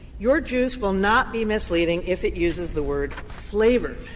your juice will not be misleading if it uses the word flavored.